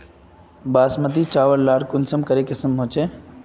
बासमती चावल लार कुंसम करे किसम होचए?